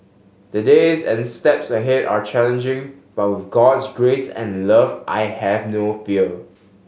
the days and steps ahead are challenging but with God's grace and love I have no fear